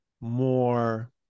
more